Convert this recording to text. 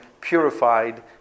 purified